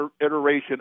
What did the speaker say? iteration